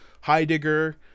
heidegger